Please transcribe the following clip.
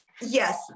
yes